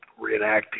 reenacting